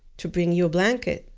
to bring you a blanket?